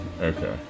Okay